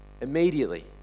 immediately